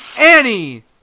Annie